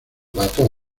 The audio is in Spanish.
datos